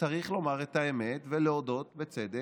צריך לומר את האמת ולהודות בצדק,